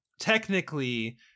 Technically